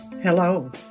Hello